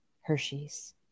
Hershey's